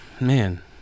man